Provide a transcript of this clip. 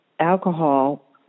alcohol